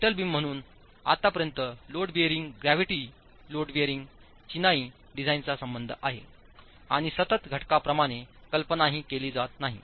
lintel beam म्हणून आतापर्यंत load bearing gravity load bearing चिनाई डिझाइनचा संबंध आहे आणि सतत घटकांप्रमाणे कल्पनाही केली जात नाही